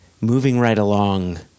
moving-right-along